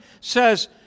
says